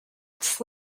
its